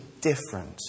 different